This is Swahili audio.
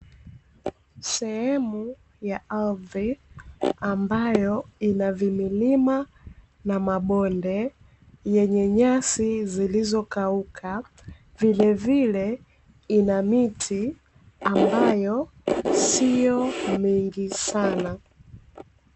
Sehemu ya ardhi ambayo ina vimilima na mabonde yenye nyasi zilizokauka, vilevile ina miti ambayo sio mingi sana.